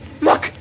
Look